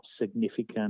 significant